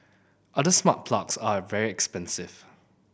other smart plugs are very expensive